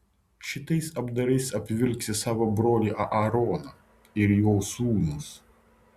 šitais apdarais apvilksi savo brolį aaroną ir jo sūnus